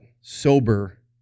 sober